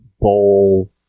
bowl